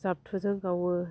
जाबथुजों गावो